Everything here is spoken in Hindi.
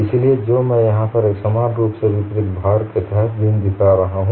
इसलिए जो मैं यहां पर एक समान रूप से वितरित भार के तहत बीम दिखा रहा हूं